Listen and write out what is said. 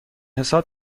حساب